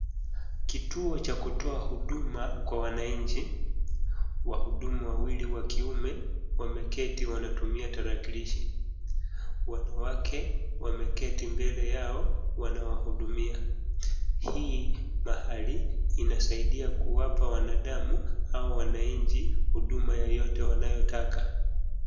kituo cha kutoa huduma kwa wananchi, wahudumu wawili wakiume wameketi wanatumia tarakilishi. Wanawake wameketi mbele yao wanawahudumia. Hii mahali inasaidia kuwapa wanadamu au wananchi huduma yoyote wanayotaka.